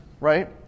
right